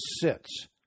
sits